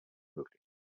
möglich